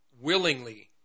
willingly